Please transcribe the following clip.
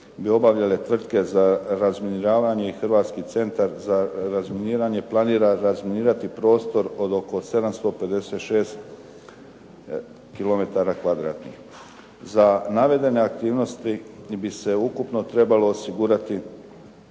bi obavljale tvrtke za razminiravanje i Hrvatski centar za razminiranje planira razminirati prostor od oko 756 kilometara kvadratnih. Za navedene aktivnosti bi se ukupno trebalo osigurati